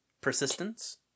persistence